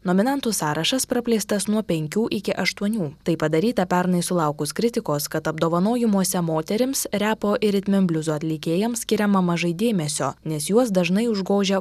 nominantų sąrašas praplėstas nuo penkių iki aštuonių tai padaryta pernai sulaukus kritikos kad apdovanojimuose moterims repo ir ritmenbliuzo atlikėjams skiriama mažai dėmesio nes juos dažnai užgožia